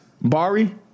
Bari